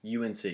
UNC